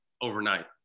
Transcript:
overnight